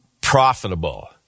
profitable